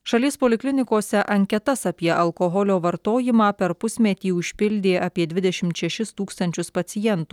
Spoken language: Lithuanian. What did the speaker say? šalies poliklinikose anketas apie alkoholio vartojimą per pusmetį užpildė apie dvidešimt šešis tūkstančius pacientų